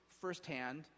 firsthand